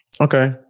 Okay